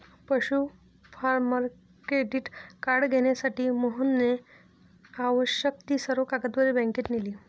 पशु farmer credit card घेण्यासाठी मोहनने आवश्यक ती सर्व कागदपत्रे बँकेत नेली